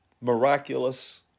miraculous